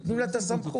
נותנים לה את הסמכות.